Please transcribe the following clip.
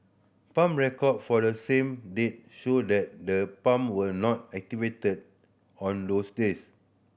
pump record for the same date show that the pump were not activated on those days